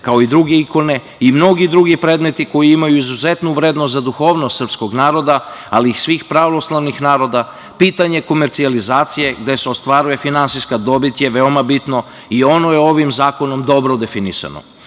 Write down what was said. kao i druge ikone i mnogi drugi predmeti koji imaju izuzetnu vrednost za duhovnost srpskog naroda, ali i svih pravoslavnih naroda, pitanje komercijalizacije gde se ostvaruje finansijska dobit je veoma bitno i ono je ovim zakonom dobro definisano. Dakle,